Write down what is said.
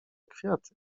kwiaty